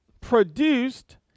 produced